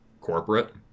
corporate